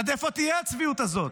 עד איפה תהיה הצביעות הזאת?